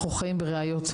אנחנו חיים בראיות.